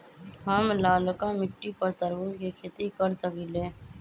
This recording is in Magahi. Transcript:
हम लालका मिट्टी पर तरबूज के खेती कर सकीले?